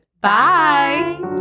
Bye